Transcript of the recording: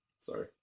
sorry